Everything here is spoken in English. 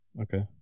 okay